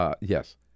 Yes